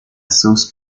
south